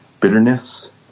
bitterness